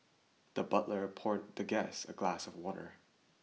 the butler poured the guest a glass of water